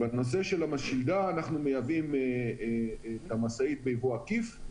בשגרה אנחנו מייבאים את המשאית ביבוא עקיף,